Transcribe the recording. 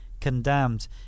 condemned